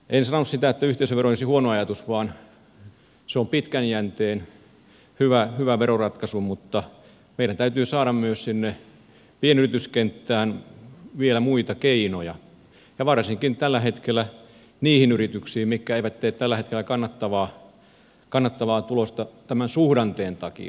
en sano nyt sitä että yhteisövero olisi huono ajatus vaan se on pitkän jänteen hyvä veroratkaisu mutta meidän täytyy saada myös sinne pienyrityskenttään vielä muita keinoja ja varsinkin tällä hetkellä niihin yrityksiin mitkä eivät tee tällä hetkellä kannattavaa tulosta tämän suhdanteen takia